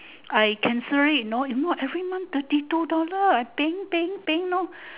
I cancelled you know if not every month thirty two dollar I paying paying paying know